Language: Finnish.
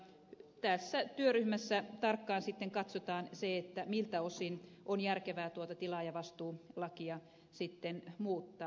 mutta tässä työryhmässä tarkkaan sitten katsotaan se miltä osin on järkevää tuota tilaajavastuulakia muuttaa